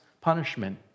punishment